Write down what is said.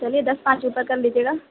چلیے دس پانچ روپئے کر لیجئے گا